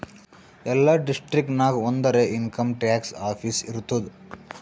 ಎಲ್ಲಾ ಡಿಸ್ಟ್ರಿಕ್ಟ್ ನಾಗ್ ಒಂದರೆ ಇನ್ಕಮ್ ಟ್ಯಾಕ್ಸ್ ಆಫೀಸ್ ಇರ್ತುದ್